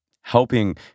helping